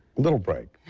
little break,